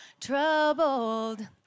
troubled